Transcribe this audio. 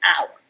hour